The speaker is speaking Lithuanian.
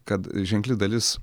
kad ženkli dalis